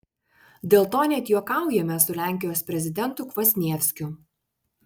dėl to net juokaujame su lenkijos prezidentu kvasnievskiu